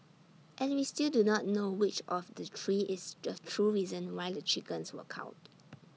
and we still do not know which of the three is the true reason why the chickens were culled